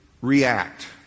react